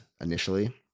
initially